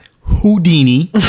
houdini